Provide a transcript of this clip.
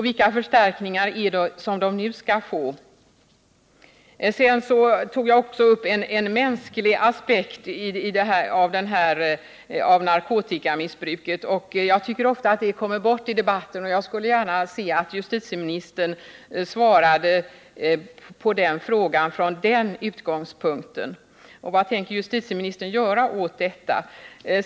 Vilka förstärkningar är det som man nu skall få? Jag tog också upp en mänsklig aspekt av narkotikamissbruket, som jag tycker ofta kommer bort i debatten, och jag skulle önska att justiteministern ville svara på den fråga som jag ställde från den utgångspunkten. Vad tänker justitieministern göra åt detta?